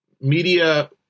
media